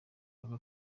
baba